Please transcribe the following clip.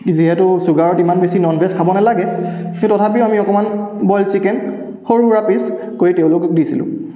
যিহেটো ছুগাৰত ইমান বেছি নন ভেজ খাব নালাগে সেই তথাপিও আমি অকণমান বইল চিকেন সৰু সুৰা পিচ কৰি তেওঁলোকক দিছিলোঁ